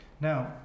Now